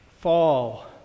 fall